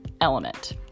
element